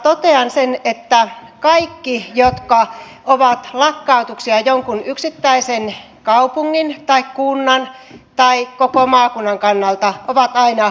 totean sen että kaikki jotka ovat lakkautuksia ovat jonkun yksittäisen kaupungin tai kunnan tai koko maakunnan kannalta aina hankalia